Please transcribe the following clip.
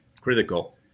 critical